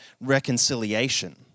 reconciliation